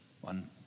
One